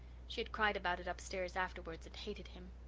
she had cried about it upstairs afterwards and hated him.